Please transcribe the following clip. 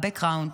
ב-background.